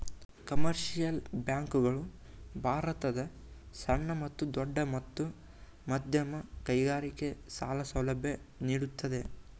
commercial bank ಗಳು ಭಾರತದ ಸಣ್ಣ ಮತ್ತು ದೊಡ್ಡ ಮತ್ತು ಮಧ್ಯಮ ಕೈಗಾರಿಕೆ ಸಾಲ ಸೌಲಭ್ಯ ನೀಡುತ್ತದೆ